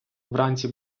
вранці